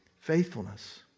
faithfulness